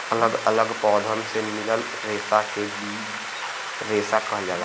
अलग अलग पौधन से मिलल रेसा के बीज रेसा कहल जाला